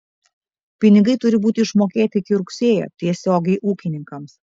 pinigai turi būti išmokėti iki rugsėjo tiesiogiai ūkininkams